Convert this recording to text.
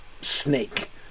snake